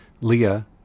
Leah